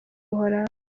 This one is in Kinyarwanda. buholandi